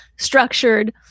structured